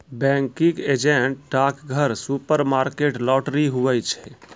banking agent डाकघर, supermarket, lottery, हुवै छै